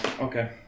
okay